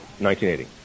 1980